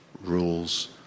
rules